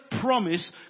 promise